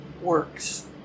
works